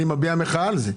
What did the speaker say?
אני מביע מחאה על זה.